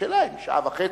השאלה אם שעה וחצי.